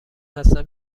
هستم